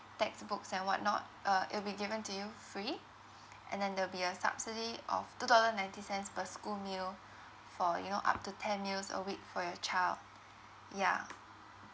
textbooks and whatnot uh it'll be given to you free and then there'll be a subsidy of two dollar ninety cents per school meal for you know up to ten meals a week for your child yeah